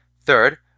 Third